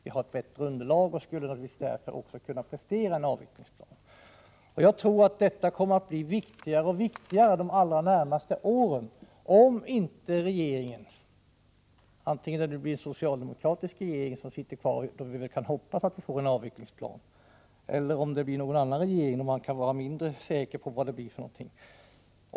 Vi har ett bättre underlag och skulle även kunna prestera en bättre avvecklingsplan. Jag tror att denna fråga kommer att bli viktigare och viktigare under de allra närmaste åren — antingen en socialdemokratisk regering sitter kvar, och vi kan hoppas på en avvecklingsplan, eller det blir någon annan regering, och man kan vara mindre säker på vad det blir.